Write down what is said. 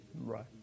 Right